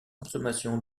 consommation